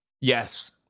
yes